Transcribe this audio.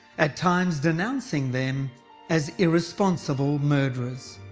at times denouncing them as irresponsible murderers.